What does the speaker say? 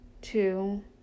two